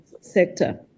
sector